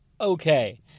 Okay